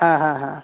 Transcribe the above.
हाँ हाँ हाँ